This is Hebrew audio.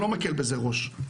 אני לא מקל בזה ראש,